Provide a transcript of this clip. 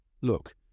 Look